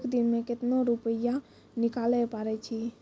एक दिन मे केतना रुपैया निकाले पारै छी?